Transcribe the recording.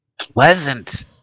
pleasant